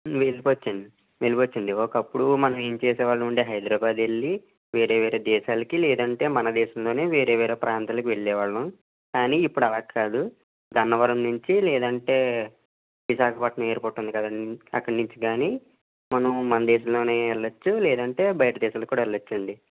వెళ్ళిపోవచ్చండి వెళ్ళిపోవచ్చండి ఒకప్పుడూ మనం ఏం చేసేవాళ్ళమండి హైదరాబాద్కు వెళ్ళి వేరే వేరే దేశాలకి లేదంటే మన దేశంలోనే వేరే వేరే ప్రాంతాలకి వెళ్ళేవాళ్ళం కానీ ఇప్పుడు అలా కాదు గన్నవరం నించి లేదంటే విశాఖపట్టణం ఎయిర్పోర్ట్ ఉంది కదండి అక్కడ నుంచీ కానీ మనం మన దేశంలోనే వెళ్ళొచ్చు లేదంటే బయట దేశాలకు కూడా వెళ్ళొచ్చండి